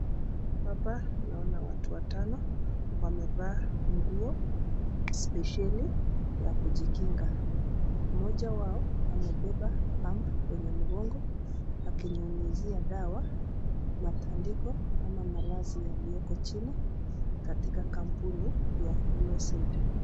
Hapa tuaona watu watano wamevaa nguo spesheli ya kujikinga. Mmoja wao amebeba pump kwenye mgongo akinyunyizia dawa matandiko au malazi yaliyo chini katika kampuni ya USAID